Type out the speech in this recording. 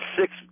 six